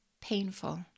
painful